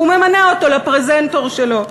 והוא ממנה אותו לפרזנטור שלו.